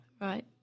Right